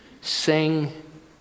sing